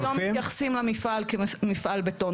כי לא מתייחסים למפעל כמפעל בטון,